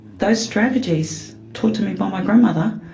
those strategies, taught to me by my grandmother,